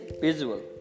visual